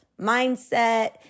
mindset